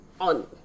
on